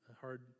hard